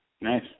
Nice